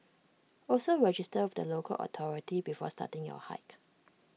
also register with the local authority before starting your hike